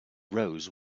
rows